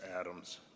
Adams